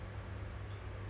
is it R_P_G